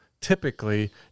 typically